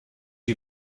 you